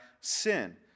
sin